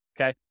okay